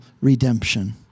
redemption